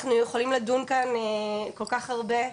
אנחנו יכולים לדון כאן כל כך הרבה,